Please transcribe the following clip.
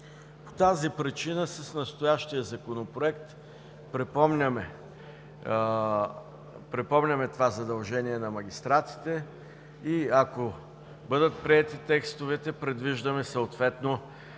По тази причина с настоящия Законопроект припомняме това задължение на магистратите и, ако бъдат приети текстовете, предвиждаме съответно